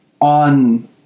on